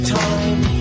time